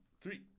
three